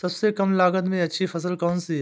सबसे कम लागत में अच्छी फसल कौन सी है?